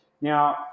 Now